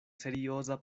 serioza